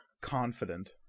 confident